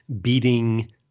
beating